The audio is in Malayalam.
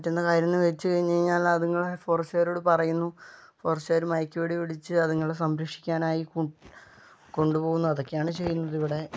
പറ്റുന്ന കാര്യം എന്ന് വെച്ച് കഴിഞ്ഞ് കഴിഞ്ഞാൽ അതുങ്ങളെ ഫോറെസ്റ്റ്കാരോട് പറയുന്നു ഫോറെസ്റ്റുകാര് മയക്ക് വെടി വെച്ച് അതുങ്ങളെ സംരക്ഷിക്കാനായി കൊണ്ടുപോകുന്നു അതൊക്കെയാണ് ചെയ്യുന്നത് ഇവിടെ